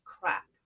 crack